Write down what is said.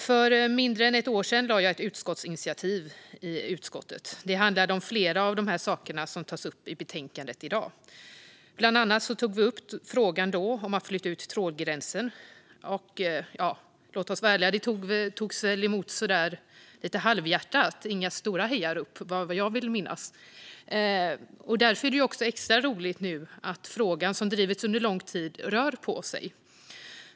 För mindre än ett år sedan lade jag ett utskottsinitiativ i utskottet. Det handlade om flera av de saker som tas upp i betänkandet i dag. Bland annat tog jag upp frågan om att flytta ut trålgränsen. Låt oss vara ärliga med att det togs emot lite halvhjärtat. Det var inga stora hejarop, vad jag kan minnas. Därför är det extra roligt att frågan som drivits under lång tid nu rör på sig.